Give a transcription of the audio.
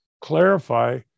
clarify